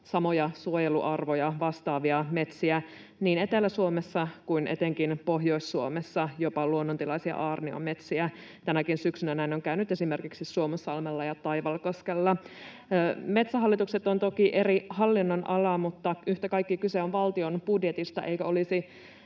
samoja suojeluarvoja vastaavia metsiä niin Etelä-Suomessa kuin etenkin Pohjois-Suomessa, jopa luonnontilaisia aarniometsiä. Tänäkin syksynä näin on käynyt esimerkiksi Suomussalmella ja Taivalkoskella. Metsähallitukset ovat toki eri hallinnonalaa, mutta yhtä kaikki kyse on valtion budjetista.